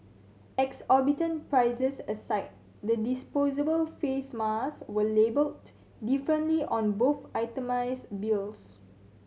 exorbitant prices aside the disposable face masks were labelled differently on both itemised bills